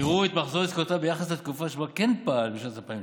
יראו את מחזור עסקאותיו בתקופה שבה כן פעל בשנת 2019,